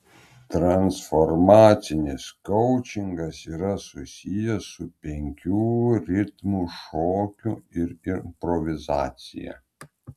transformacinis koučingas yra susijęs su penkių ritmų šokiu ir improvizacija